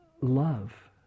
love